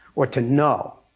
or to know.